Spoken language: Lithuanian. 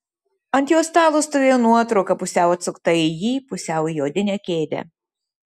ant jo stalo stovėjo nuotrauka pusiau atsukta į jį pusiau į odinę kėdę